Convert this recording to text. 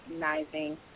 recognizing